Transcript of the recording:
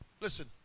listen